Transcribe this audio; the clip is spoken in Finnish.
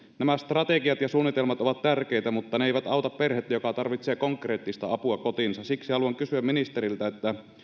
nämä strategiat ja suunnitelmat ovat tärkeitä mutta ne eivät auta perhettä joka tarvitsee konkreettista apua kotiinsa siksi haluan kysyä ministeriltä